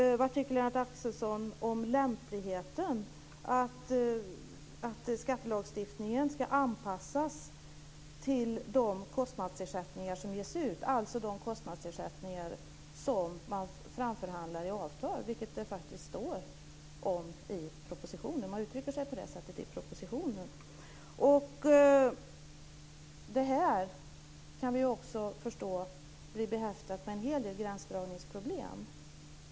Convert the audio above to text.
Vad tycker Lennart Axelsson om lämpligheten i att skattelagstiftningen ska anpassas till de kostnadsersättningar som ges ut, alltså de kostnadsersättningar som man förhandlar fram i avtal? Man utrycker sig på det sättet i propositionen. Det här kan vi också förstå blir behäftat med en hel del gränsdragningsproblem.